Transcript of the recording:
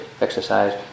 exercise